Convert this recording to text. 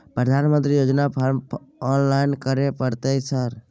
प्रधानमंत्री योजना form online करैले परतै सर?